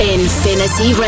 Infinity